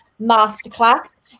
masterclass